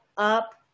up